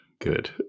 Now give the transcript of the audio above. good